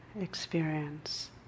experience